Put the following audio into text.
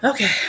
Okay